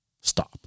stop